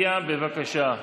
בבקשה.